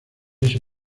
ese